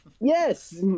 Yes